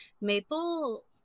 Maple-